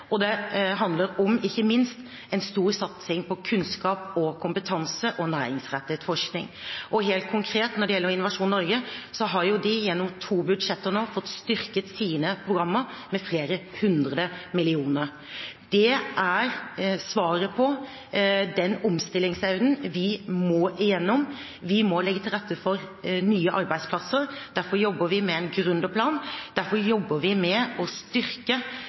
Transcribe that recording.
og det handler ikke minst om en stor satsing på kunnskap, kompetanse og næringsrettet forskning. Helt konkret: Når det gjelder Innovasjon Norge, har de gjennom to budsjetter nå fått styrket sine programmer med flere hundre millioner kroner. Det er svaret på den omstillingen vi må gjennom: Vi må legge til rette for nye arbeidsplasser. Derfor jobber vi med en gründerplan, derfor jobber vi med å styrke